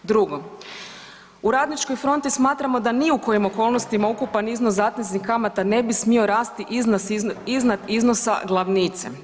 Drugo, u Radničkoj fronti smatramo da ni u kojim okolnostima ukupan iznos zateznih kamata ne bi smio rasti iznad iznosa glavnice.